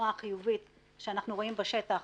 בשנים